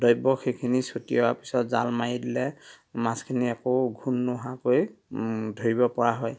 দ্ৰব্য সেইখিনি ছটিওৱাৰ পিছত জাল মাৰি দিলে মাছখিনি একো ঘূণ নোহোৱাকৈ ধৰিব পৰা হয়